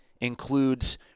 includes